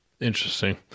Interesting